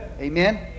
Amen